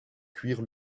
cuire